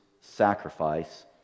sacrifice